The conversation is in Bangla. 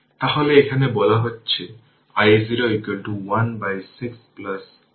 সুতরাং এর মানে হল একটি ক্যাপাসিটর তার বৈদ্যুতিক ক্ষেত্রে পাওয়ার সঞ্চয় করে